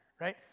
right